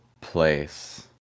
place